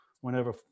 whenever